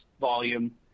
volume